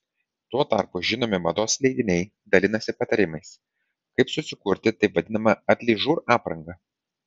tuo tarpu žinomi mados leidiniai dalinasi patarimais kaip susikurti taip vadinamą atližur aprangą